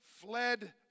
fled